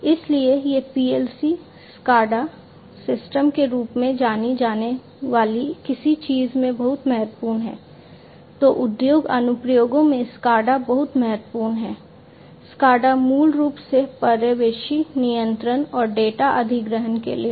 इसलिए ये PLC SCADA मूल रूप से पर्यवेक्षी नियंत्रण और डेटा अधिग्रहण के लिए है